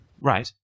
Right